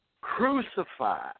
crucified